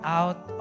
out